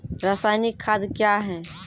रसायनिक खाद कया हैं?